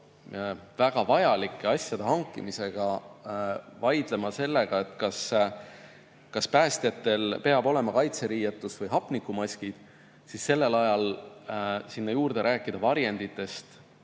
väga vajalike asjade hankimisega, vaidlema selle üle, kas päästjatel peavad olema kaitseriietus või hapnikumaskid, siis sellel ajal sinna juurde rääkida varjenditest,